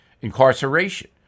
incarceration